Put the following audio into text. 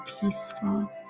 peaceful